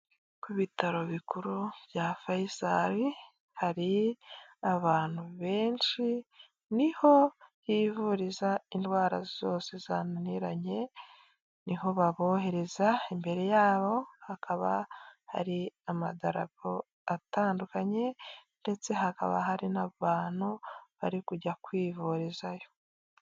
Ku bitaro bikuru bya fayisari hari abantu benshi niho hivuriza indwara zose zananiranye niho babohereza, imbere yabo hakaba hari amadarapo atandukanye ndetse hakaba hari n'abantu bari kujya kwivurizayo.